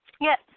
Yes